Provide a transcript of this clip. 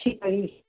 सिकई